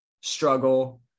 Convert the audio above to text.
struggle